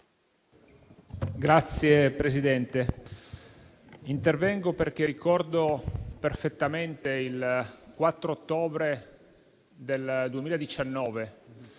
Signor Presidente, intervengo perché ricordo perfettamente il 4 ottobre del 2019: